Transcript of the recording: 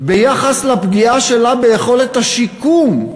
ביחס לפגיעה שלה ביכולת השיקום.